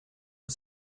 and